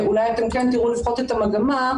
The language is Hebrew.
אולי כן תראו לפחות את המגמה,